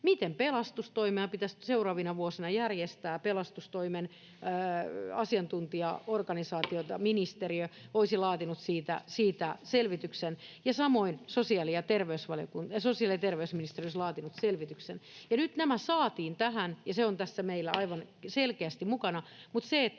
miten pelastustoimea pitäisi seuraavina vuosina järjestää, ja pelastustoimen asiantuntijaorganisaationa ministeriö olisi laatinut siitä selvityksen, ja samoin sosiaali- ja terveysministeriö olisi laatinut selvityksen. Nyt nämä saatiin tähän, ja se on tässä meillä aivan selkeästi mukana, [Puhemies